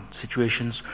situations